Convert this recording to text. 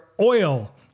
oil